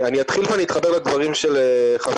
אני אתחיל ואני אתחבר לדברים של חברי,